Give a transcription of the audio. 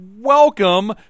welcome